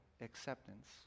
acceptance